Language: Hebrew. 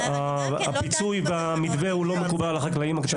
הפיצוי במתווה לא מקובל על החקלאים.